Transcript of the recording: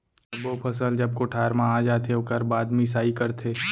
सब्बो फसल जब कोठार म आ जाथे ओकर बाद मिंसाई करथे